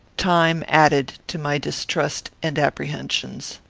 time added to my distrust and apprehensions.